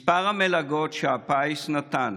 מספר המלגות שהפיס נתן